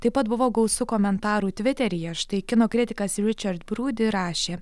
taip pat buvo gausu komentarų tviteryje štai kino kritikas ričard brūdi rašė